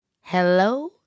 Hello